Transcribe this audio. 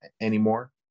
anymore